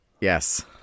Yes